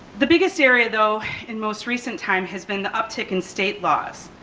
the biggest area though, in most recent time has been the uptick in state laws.